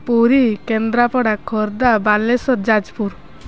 Puri Kendrapara Khordha Balasore Jajpur